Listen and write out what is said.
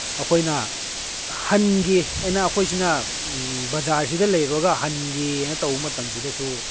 ꯑꯩꯈꯣꯏꯅ ꯍꯟꯒꯦ ꯍꯥꯏꯅ ꯑꯩꯈꯣꯏꯁꯤꯅ ꯕꯖꯥꯔꯁꯤꯗ ꯂꯩꯔꯨꯔꯒ ꯍꯥꯟꯒꯦꯅ ꯇꯧꯕ ꯃꯇꯝꯁꯤꯗꯁꯨ